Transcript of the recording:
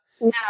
No